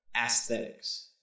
aesthetics